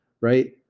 right